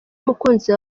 umukunzi